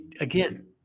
again